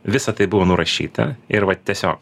visa tai buvo nurašyta ir va tiesiog